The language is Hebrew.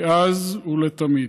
מאז ולתמיד.